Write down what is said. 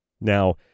Now